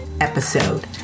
episode